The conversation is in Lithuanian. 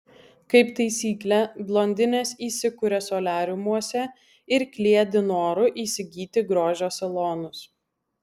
kaip taisyklė blondinės įsikuria soliariumuose ir kliedi noru įsigyti grožio salonus